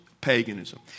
paganism